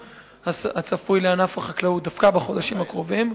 הצפוי לענף החקלאות דווקא בחודשים הקרובים?